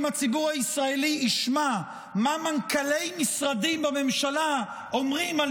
אם הציבור הישראלי ישמע מה מנכ"לי המשרדים בממשלה אומרים על